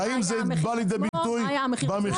והאם זה בא לידי ביטוי במחיר?